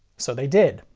so they did.